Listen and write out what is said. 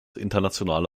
internationale